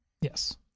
Yes